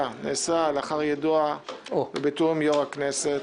נעשה לאחר יידוע ובתיאום יו"ר הכנסת.